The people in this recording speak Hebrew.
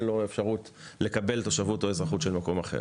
לו אפשרות לקבל תושבות או אזרחות של מקום אחר.